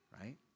right